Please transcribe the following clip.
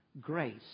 grace